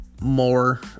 more